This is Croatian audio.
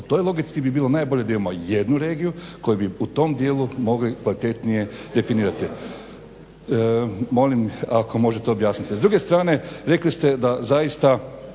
toj logici bi bilo najbolje da imamo jednu regiju koja bi u tom dijelu mogli kvalitetnije definirati. Molim ako možete objasniti. S druge strane rekli ste da zaista